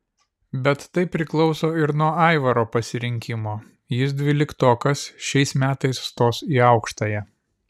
bet tai priklauso ir nuo aivaro pasirinkimo jis dvyliktokas šiais metais stos į aukštąją